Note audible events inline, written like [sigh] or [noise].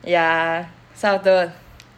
[breath] ya so the